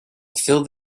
fill